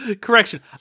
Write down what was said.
Correction